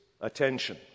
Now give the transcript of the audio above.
attention